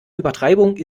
übertreibung